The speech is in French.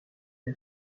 des